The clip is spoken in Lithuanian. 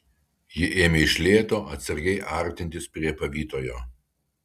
ji ėmė iš lėto atsargiai artintis prie pavytojo